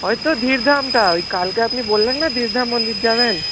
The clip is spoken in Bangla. ওই তো ধীরধামটা ওই কালকে আপনি বললেন না যে ধীরধাম মন্দির যাবেন